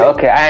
Okay